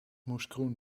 moeskroen